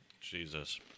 Jesus